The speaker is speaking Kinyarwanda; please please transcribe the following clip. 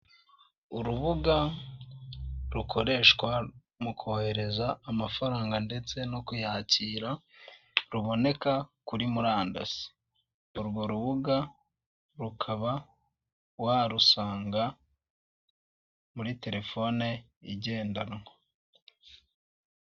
Urubuga rukoreshwa mu kohereza amafaranga ndetse no kuyakira, ruboneka kuri murandasi, urwo rubuga rukaba warusanga muri telefone igendanwa.